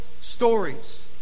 stories